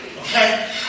Okay